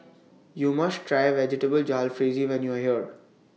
YOU must Try Vegetable Jalfrezi when YOU Are here